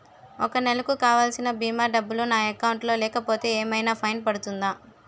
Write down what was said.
ఒక నెలకు కావాల్సిన భీమా డబ్బులు నా అకౌంట్ లో లేకపోతే ఏమైనా ఫైన్ పడుతుందా?